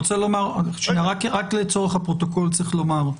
רק לצורך הפרוטוקול צריך לומר,